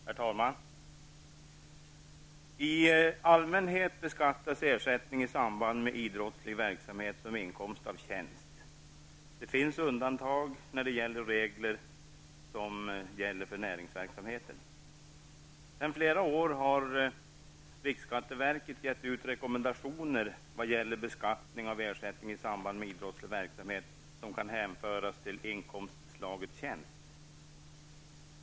Herr talman! I allmänhet beskattas ersättning i samband med idrottslig verksamhet som inkomst av tjänst. Det finns undantag när det gäller de regler som gäller för näringsverksamhet. Sedan flera år tillbaka har riksskatteverket gett ut rekommendationer vad gäller beskattning av ersättning i samband med idrottslig verksamhet som kan hänföras till inkomstslaget tjänst.